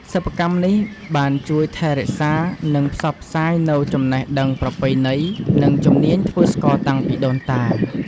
សិប្បកម្មនេះបានជួយថែរក្សា និងផ្សព្វផ្សាយនូវចំណេះដឹងប្រពៃណី និងជំនាញធ្វើស្ករតាំងពីដូនតា។